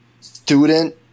student